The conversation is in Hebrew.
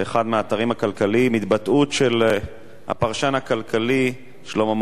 באחד מהאתרים הכלכליים התבטאות של הפרשן הכלכלי שלמה מעוז,